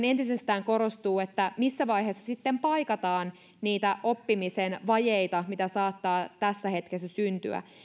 entisestään korostuu että missä vaiheessa sitten paikataan niitä oppimisen vajeita mitä saattaa tässä hetkessä syntyä